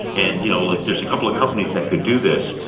and, you know, look there's a couple of companies that could do this,